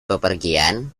bepergian